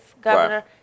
governor